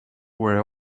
were